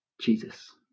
Jesus